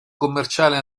commerciale